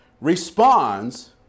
responds